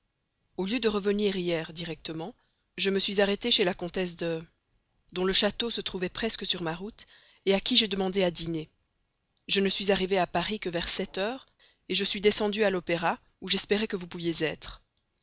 au lieu de revenir hier directement je me suis arrêté chez la comtesse de dont le château se trouvait presque sur ma route à qui j'ai demandé à dîner je ne suis arrivé à paris que vers les sept heures je suis descendu à l'opéra où j'espérais que vous pourriez être